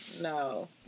no